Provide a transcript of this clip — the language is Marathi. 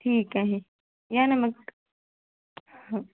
ठीक आहे या ना मग हो